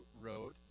wrote